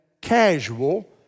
casual